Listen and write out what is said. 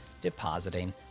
depositing